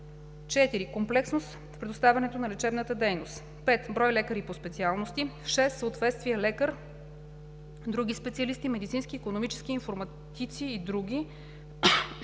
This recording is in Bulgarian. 4. комплексност в предоставянето на лечебна дейност; 5. брой лекари по специалности; 6. съотношение лекар/други специалисти (медицински, икономически, информатици и др.);